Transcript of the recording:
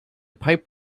pipe